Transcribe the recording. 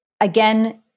Again